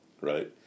right